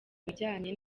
bijyanye